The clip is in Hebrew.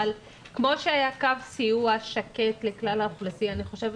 אבל כמו שהיה קו סיוע שקט לכלל האוכלוסייה אני חושבת